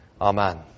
amen